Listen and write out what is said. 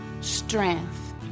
strength